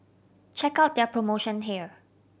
check out their promotion here